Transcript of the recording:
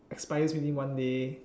expires within one day